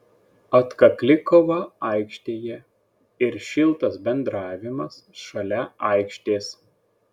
atkakli kova aikštėje ir šiltas bendravimas šalia aikštės